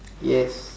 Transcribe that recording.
yes